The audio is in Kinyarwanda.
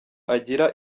agira